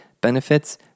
benefits